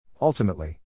Ultimately